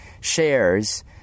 shares